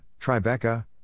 Tribeca